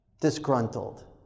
disgruntled